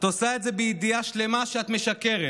את עושה את זה בידיעה שלמה שאת משקרת,